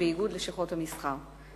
שבאיגוד לשכות המסחר.